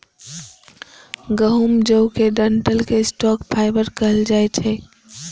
गहूम, जौ के डंठल कें स्टॉक फाइबर कहल जाइ छै